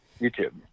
YouTube